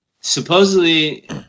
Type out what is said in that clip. Supposedly